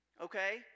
Okay